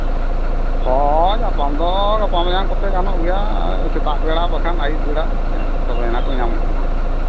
ᱦᱳᱭ ᱧᱟᱯᱟᱢ ᱫᱚ ᱜᱟᱯᱟ ᱢᱮᱭᱟᱝ ᱠᱚᱛᱮ ᱜᱟᱱᱚᱜ ᱜᱮᱭᱟ ᱥᱮᱛᱟᱜ ᱵᱮᱲᱟ ᱵᱟᱠᱷᱟᱱ ᱟᱹᱭᱩᱵ ᱵᱮᱲᱟ ᱛᱚᱵᱮ ᱟᱱᱟᱜ ᱠᱚ ᱧᱟᱢᱚᱜᱼᱟ ᱱᱟᱦᱟᱸᱜ